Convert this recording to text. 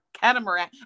catamaran